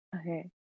Okay